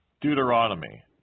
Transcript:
Deuteronomy